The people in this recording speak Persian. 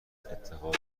اتخاذ